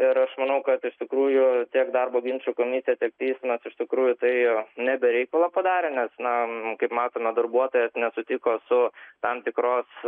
ir aš manau kad iš tikrųjų tiek darbo ginčų komisija tiek teismas iš tikrųjų turėjo ne be reikalo padarė nes na kaip matome darbuotojas nesutiko su tam tikros